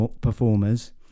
Performers